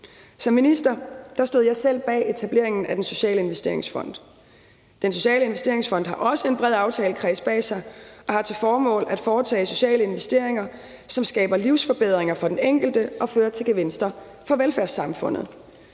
Som minister stod jeg selv bag etableringen af Den Sociale Investeringsfond. Den Sociale Investeringsfond har også en bred aftalekreds bag sig og har til formål at foretage sociale investeringer, som skaber livsforbedringer for den enkelte og fører til gevinster for velfærdssamfundet.